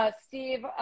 Steve